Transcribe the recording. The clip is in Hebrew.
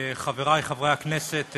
תודה רבה, חברי חברי הכנסת,